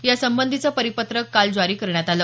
यासंबंधीचं परिपत्रक काल जारी करण्यात आलं